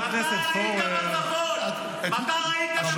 יש שר אחד שכולם אוהבים וכולם מפרגנים -- הוא